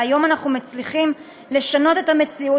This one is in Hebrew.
והיום אנחנו מצליחים לשנות את המציאות